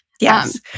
Yes